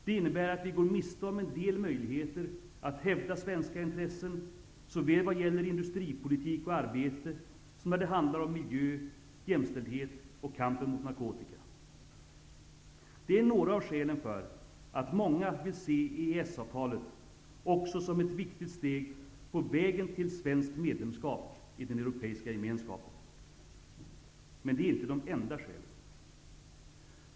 Det innebär att vi går miste om en del möjligheter att hävda svenska intressen såväl vad gäller industripolitik och arbete som när det handlar om miljö, jämställdhet och kampen mot narkotika. Det är några av skälen för att många vill se EES avtalet också som ett viktigt steg på vägen till svenskt medlemskap i den Europeiska Men det är inte de enda skälen.